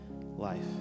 life